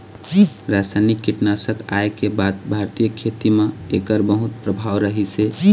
रासायनिक कीटनाशक आए के बाद भारतीय खेती म एकर बहुत प्रभाव रहीसे